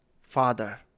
father